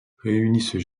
réunissent